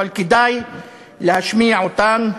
אבל כדאי להשמיע אותן,